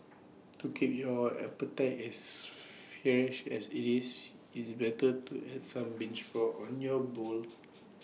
to keep your appetite as fresh as IT is it's better to add some bean sprouts on your bowl